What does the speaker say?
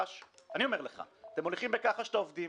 אני אומר לך: אתם מוליכים בכחש את העובדים